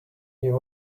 you